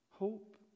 Hope